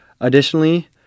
Additionally